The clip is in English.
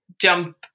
jump